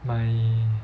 my